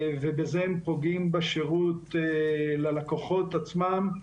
בזה הם פוגעים בשירות ללקוחות עצמם,